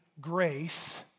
grace